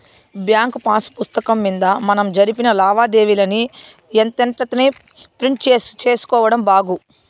bank pass పుస్తకం మింద మనం జరిపిన లావాదేవీలని ఎంతెంటనే ప్రింట్ సేసుకోడం బాగు